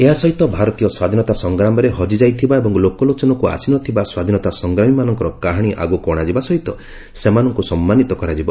ଏହା ସହିତ ଭାରତୀୟ ସ୍ୱାଧୀନତା ସଂଗ୍ରାମରେ ହଜିଯାଇଥିବା ଏବଂ ଲୋକଲୋଚନକୁ ଆସିନଥିବା ସ୍ୱାଧୀନତା ସଂଗ୍ରାମୀମାନଙ୍କର କାହାଣୀ ଆଗକୁ ଅଣାଯିବା ସହିତ ସେମାନଙ୍କୁ ସମ୍ମାନିତ କରାଯିବ